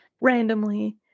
randomly